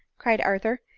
cried arthur.